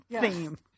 theme